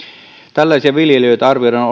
tällaisia viljelijöitä arvioidaan